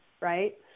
right